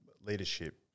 leadership